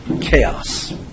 chaos